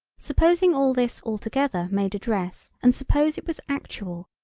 supposing all this altogether made a dress and suppose it was actual,